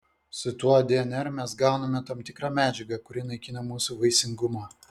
su tuo dnr mes gauname tam tikrą medžiagą kuri naikina mūsų vaisingumą